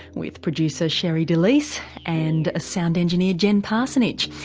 with producer sherre delys and ah sound engineer jen parsonage.